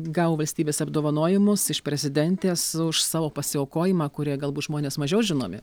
gavo valstybės apdovanojimus iš prezidentės už savo pasiaukojimą kurie galbūt žmonės mažiau žinomi